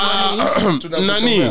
nani